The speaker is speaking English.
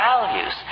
values